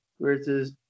versus